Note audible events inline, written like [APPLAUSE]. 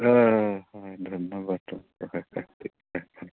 হয় হয় ধন্যবাদ অঁ হয় হয় [UNINTELLIGIBLE] হয়